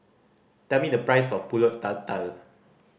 tell me the price of Pulut Tatal